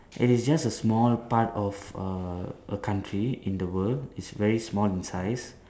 it is just a small part of a a country in the world is very small in size